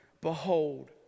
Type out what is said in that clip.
Behold